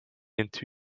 into